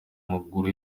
maguru